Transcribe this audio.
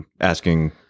asking